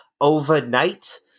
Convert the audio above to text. overnight